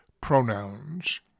pronouns